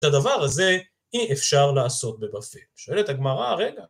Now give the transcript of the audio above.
את הדבר הזה אי אפשר לעשות בבבל שואלת הגמרא רגע